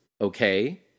Okay